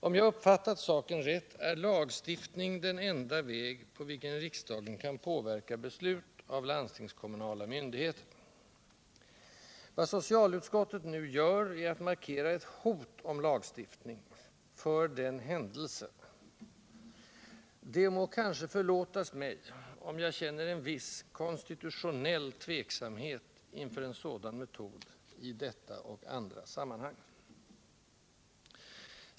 Om jag uppfattat saken rätt är lagstiftning den enda väg på vilken riksdagen kan påverka beslut av landstingskommunala myndigheter. Vad socialutskottet nu gör är att markera ett hot om lagstiftning, ”för den händelse —---”. Det må kanske förlåtas mig om jag känneren viss— konstitutionell — tveksamhet inför en sådan metod i detta och andra sammanhang.